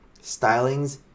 stylings